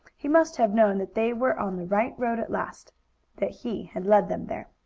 he must have known that they were on the right road at last that he had led them there.